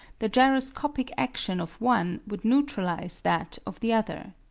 the gyroscopic action of one would neutralize that of the other.